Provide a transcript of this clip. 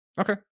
Okay